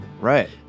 Right